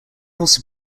also